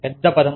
పెద్ద పదం